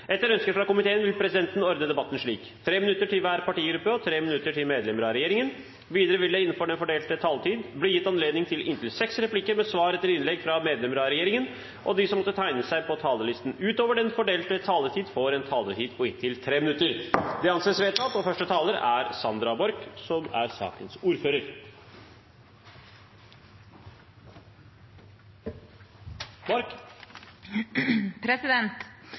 Etter ønske fra energi- og miljøkomiteen vil presidenten ordne debatten slik: 3 minutter til hver partigruppe og 3 minutter til medlemmer av regjeringen. Videre vil det – innenfor den fordelte taletid – bli gitt anledning til inntil seks replikker med svar etter innlegg fra medlemmer av regjeringen, og de som måtte tegne seg på talerlisten utover den fordelte taletid, får en taletid på inntil 3 minutter. – Det anses vedtatt. Jeg vil starte med å takke komiteen for et konstruktivt samarbeid. Innstillingen er ikke enstemmig, og